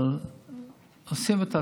אבל עושים את הצעדים.